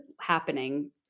happening